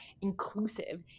inclusive